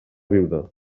viuda